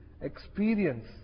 experience